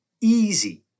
easy